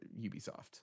Ubisoft